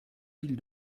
mille